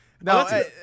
no